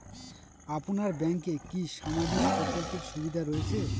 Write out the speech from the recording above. আপনার ব্যাংকে কি সামাজিক প্রকল্পের সুবিধা রয়েছে?